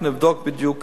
אנחנו נבדוק בדיוק